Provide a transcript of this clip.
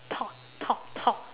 talk talk talk